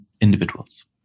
individuals